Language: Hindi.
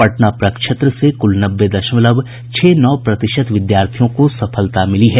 पटना प्रक्षेत्र से कुल नब्बे दशमलव छह नौ प्रतिशत विद्यार्थियों को सफलता मिली है